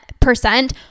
percent